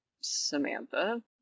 Samantha